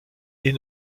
est